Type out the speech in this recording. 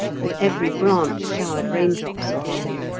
and every branch showered raindrops upon him.